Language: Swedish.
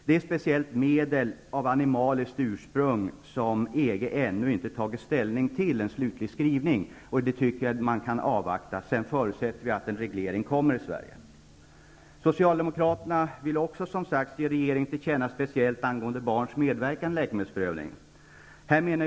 Det är speciellt i fråga om medel av animaliskt ursprung som EG ännu inte har tagit ställning till en slutlig skrivning. Vi anser att vi kan avvakta denna och förutsätter att en reglering sedan kommer i Socialdemokraterna vill också göra ett tillkännagivande till regeringen när det gäller barns medverkan i läkemedelsprövning.